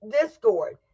discord